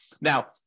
Now